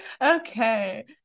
Okay